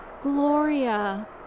Gloria